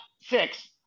six